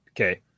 okay